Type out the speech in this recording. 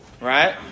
right